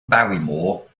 barrymore